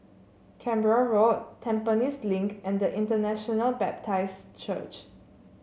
Canberra Road Tampines Link and International Baptist Church